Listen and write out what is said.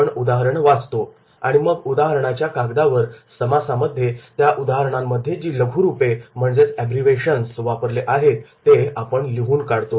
आपण उदाहरण वाचतो आणि मग उदाहरणाच्या कागदावर समासामध्ये त्या उदाहरणांमध्ये जी लघु रूपे अब्रिवेशन वापरले आहेत ते आपण लिहून काढतो